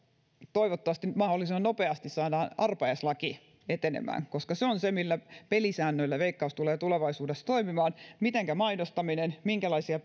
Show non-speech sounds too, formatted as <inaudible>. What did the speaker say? toivottavasti mahdollisimman nopeasti saadaan arpajaislaki etenemään koska se on se millä pelisäännöillä veikkaus tulee tulevaisuudessa toimimaan mitenkä mainostaminen minkälaisia <unintelligible>